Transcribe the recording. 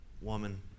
woman